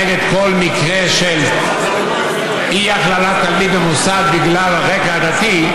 נגד כל מקרה של אי-הכללת תלמיד במוסד בגלל רקע עדתי,